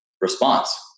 response